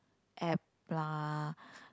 app lah